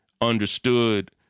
understood